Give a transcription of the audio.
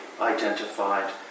identified